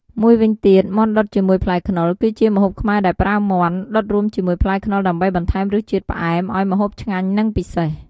មួយវិញទៀតមាន់ដុតជាមួយផ្លែខ្នុរ គឺជាម្ហូបខ្មែរដែលប្រើមាន់ ដុតរួមជាមួយផ្លែខ្នុរដើម្បីបន្ថែមរសជាតិផ្អែមឱ្យម្ហូបឆ្ងាញ់និងពិសេស។